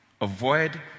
Avoid